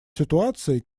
ситуацией